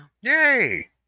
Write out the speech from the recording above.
yay